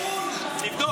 אין, תבדוק.